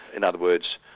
in other words,